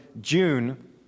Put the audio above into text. June